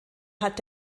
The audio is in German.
hat